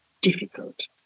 difficult